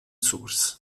source